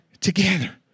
together